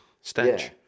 stench